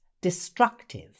Destructive